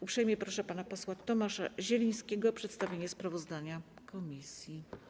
Uprzejmie proszę pana posła Tomasza Zielińskiego o przedstawienie sprawozdania komisji.